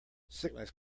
sickness